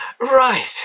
Right